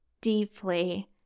deeply